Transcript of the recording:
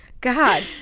God